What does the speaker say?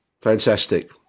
Fantastic